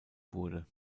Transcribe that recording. wurde